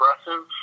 aggressive